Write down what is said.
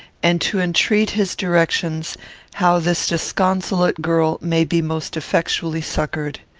and to entreat his directions how this disconsolate girl may be most effectually succoured.